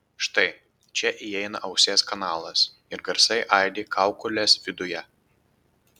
štai čia įeina ausies kanalas ir garsai aidi kaukolės viduje